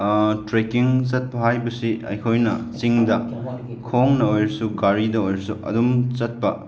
trekking ꯆꯠꯄ ꯍꯥꯏꯕꯁꯤ ꯑꯩꯈꯣꯏꯅ ꯆꯤꯡꯗ ꯈꯣꯡꯅ ꯑꯣꯏꯔꯁꯨ ꯒꯥꯔꯤꯗ ꯑꯣꯏꯔꯁꯨ ꯑꯗꯨꯝ ꯆꯠꯄ